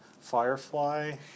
Firefly